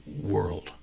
world